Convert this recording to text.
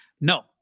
No